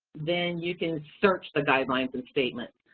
then you can search the guidelines and statements.